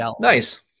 nice